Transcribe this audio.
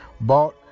bought